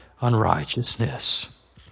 unrighteousness